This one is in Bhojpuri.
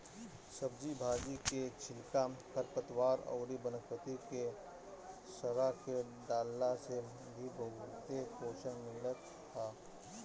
सब्जी भाजी के छिलका, खरपतवार अउरी वनस्पति के सड़आ के डालला से भी बहुते पोषण मिलत ह